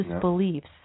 beliefs